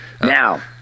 Now